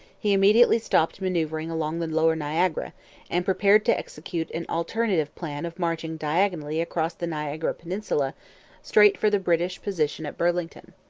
he immediately stopped manoeuvring along the lower niagara and prepared to execute an alternative plan of marching diagonally across the niagara peninsula straight for the british position at burlington.